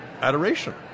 adoration